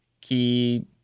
key